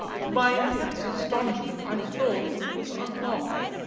to my intense astonishment i saw that it was unlocked.